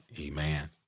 Amen